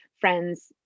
friends